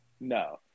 No